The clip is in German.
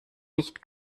nicht